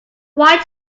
white